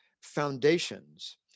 foundations